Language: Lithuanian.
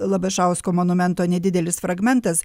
labašausko monumento nedidelis fragmentas